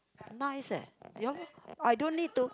nice leh ya I don't need to